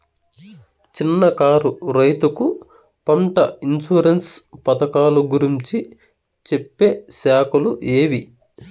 చిన్న కారు రైతుకు పంట ఇన్సూరెన్సు పథకాలు గురించి చెప్పే శాఖలు ఏవి?